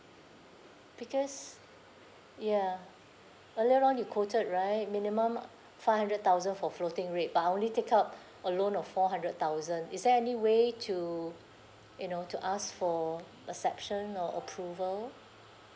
because ya earlier on you quoted right minimum five hundred thousand for floating rate but I only take out a loan of four hundred thousand is there any way to you know to us for acception or approval